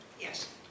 Yes